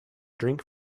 drink